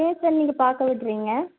ஏன் சார் நீங்கள் பார்க்க விடுறீங்க